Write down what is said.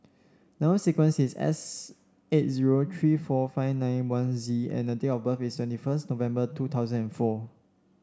number sequence is S eight zero three four five nine one Z and the date of birth is twenty first November two thousand and four